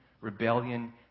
rebellion